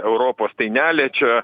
europos tai neliečia